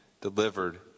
delivered